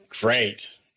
great